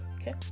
okay